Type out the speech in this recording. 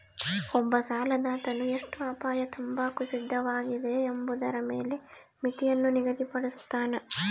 ಒಬ್ಬ ಸಾಲದಾತನು ಎಷ್ಟು ಅಪಾಯ ತಾಂಬಾಕ ಸಿದ್ಧವಾಗಿದೆ ಎಂಬುದರ ಮೇಲೆ ಮಿತಿಯನ್ನು ನಿಗದಿಪಡುಸ್ತನ